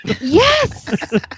yes